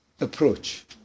approach